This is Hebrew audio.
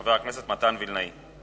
חבר הכנסת מתן וילנאי.